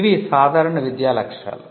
ఇవి సాధారణ విద్యా లక్ష్యాలు